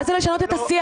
מה זה לשנות את השיח?